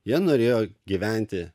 jie norėjo gyventi